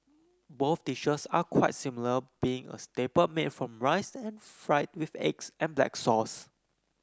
both dishes are quite similar being a staple made from rice and fried with eggs and black sauce